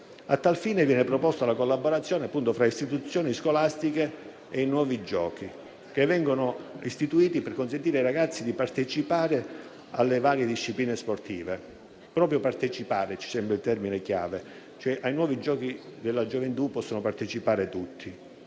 A tal fine viene proposta la collaborazione fra le istituzioni scolastiche e i Nuovi giochi, che vengono istituiti per consentire ai ragazzi di partecipare alle varie discipline sportive. Proprio partecipare ci sembra il termine chiave: ai Nuovi giochi della gioventù possono partecipare tutti.